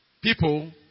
people